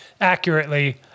accurately